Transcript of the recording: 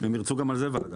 הם ירצו גם על זה וועדה.